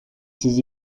ses